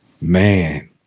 man